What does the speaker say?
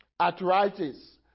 arthritis